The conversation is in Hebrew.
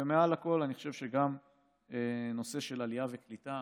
ומעל הכול, אני חושב שגם הנושא של עלייה וקליטה